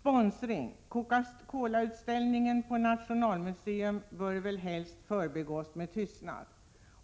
sponsring: Coca Cola-utställningen på Nationalmuseum bör väl helst förbigås med tystnad.